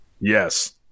Yes